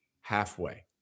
halfway